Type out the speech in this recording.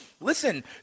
listen